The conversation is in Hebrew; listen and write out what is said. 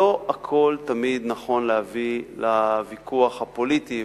לא תמיד נכון להביא הכול לוויכוח הפוליטי,